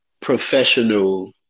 professional